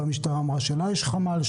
המשטרה אמרה שיש לה חמ"ל,